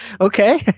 okay